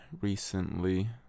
recently